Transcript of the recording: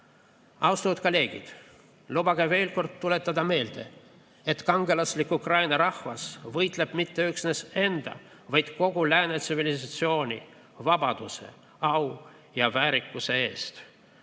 Austatud kolleegid! Lubage veel kord meelde tuletada, et kangelaslik Ukraina rahvas ei võitle mitte üksnes enda, vaid kogu lääne tsivilisatsiooni vabaduse, au ja väärikuse eest.